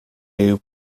new